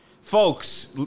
folks